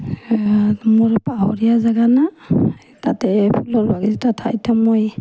মোৰ পাহৰীয়া জেগা না তাতে ফুলৰ বাগিচা এটা ঠাইতে মই